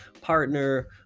partner